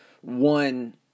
one